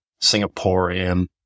Singaporean